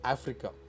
Africa